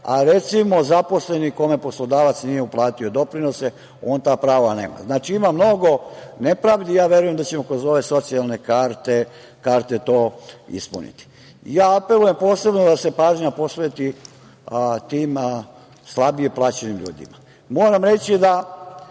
a recimo, zaposleni kome poslodavac nije uplatio doprinose on ta prava nema. Znači, ima mnogo nepravdi i ja verujem da ćemo kroz ove socijalne karte to ispuniti. Apelujem posebno da se pažnja posveti tim slabije plaćenim ljudima. Moram reći da